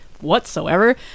whatsoever